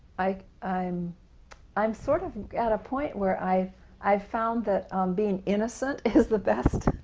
like i'm i'm sort of at a point where i've i've found that um being innocent is the best,